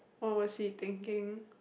what was he thinking